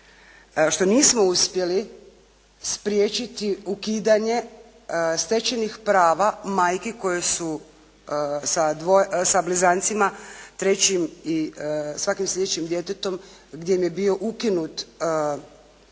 što nismo uspjeli spriječiti ukidanje stečenih prava majki koje su sa blizancima, trećim i svakim sljedećim djetetom gdje im je bio ukinut porodni,